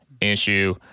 issue